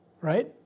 Right